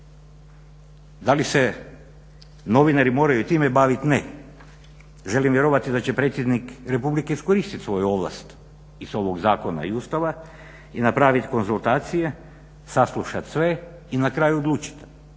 Da li se novinari moraju time baviti, ne. Želim vjerovati da će predsjednik republike iskoristit svoju ovlast iz ovog zakona i Ustava i napravit konzultacije, saslušat sve i na kraju odlučit,